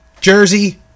Jersey